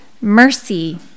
mercy